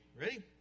Ready